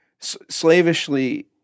slavishly